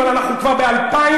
אבל אנחנו כבר ב-2015,